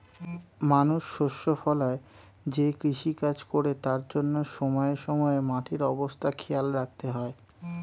মানুষ শস্য ফলায় যে কৃষিকাজ করে তার জন্যে সময়ে সময়ে মাটির অবস্থা খেয়াল রাখতে হয়